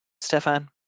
Stefan